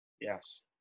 Yes